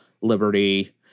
liberty